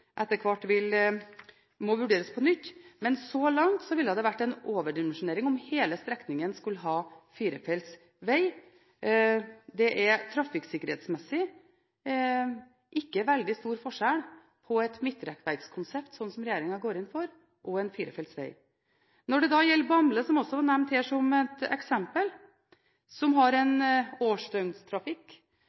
etter hvert må vurderes på nytt. Men så langt ville det ha vært en overdimensjonering om hele strekningen skulle ha firefelts veg. Det er trafikksikkerhetsmessig ikke veldig stor forskjell på et midtrekkverkskonsept, slik som regjeringen går inn for, og en firefelts veg. Når det gjelder Bamble, som også ble nevnt som eksempel, og som har en årsdøgnstrafikk